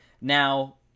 now